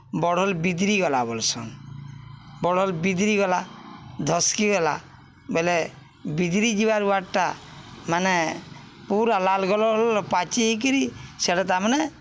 ବଢ଼ଲ୍ ବିିଦ୍ରି ଗଲା ବଲ୍ସନ୍ ବଢ଼ଲ୍ ବିଦ୍ରି ଗଲା ଧସ୍କି ଗଲା ବଏଲେ ବିଦ୍ରି ଯିବାର୍ ୱାର୍ଡ଼ଟା ମାନେ ପୁରା ଲାଲ୍ ଗଲ ଗଲ ପାଚିକିରି ସେଟା ତାମାନେ